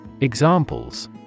Examples